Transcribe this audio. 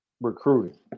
recruiting